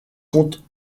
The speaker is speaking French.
compte